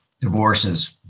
divorces